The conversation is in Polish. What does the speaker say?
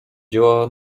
dzieła